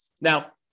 Now